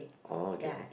oh okay can